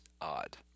odd